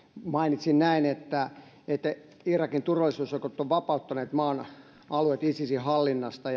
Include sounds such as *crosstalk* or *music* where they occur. mainitsin näin että irakin turvallisuusjoukot ovat vapauttaneet maan alueet isisin hallinnasta *unintelligible*